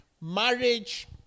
Marriage